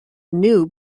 new